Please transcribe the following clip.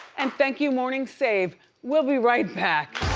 and thank you morning save, we'll be right back.